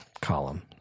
column